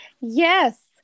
Yes